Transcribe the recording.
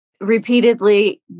repeatedly